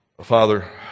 Father